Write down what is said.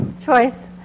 choice